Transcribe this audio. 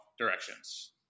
directions